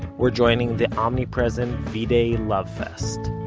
we're joining the omnipresent v-day love fest,